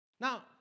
Now